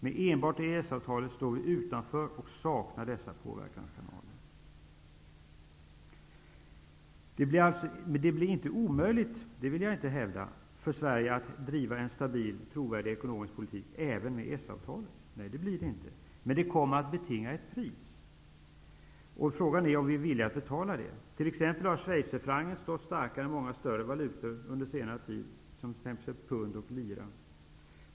Med enbart EES-avtalet står vi utanför och saknar dessa påverkanskanaler. Jag vill inte hävda att det blir omöjligt för Sverige att bedriva en stabil, trovärdig, ekonomisk politik enbart med ett EES-avtal. Men det kommer att betinga ett pris. Frågan är om vi är villiga att betala det. T.ex. har schweizerfrancen under senare tid stått starkare än många större valutor, som pund och lira.